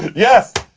yes,